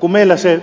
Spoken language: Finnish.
kun meillä se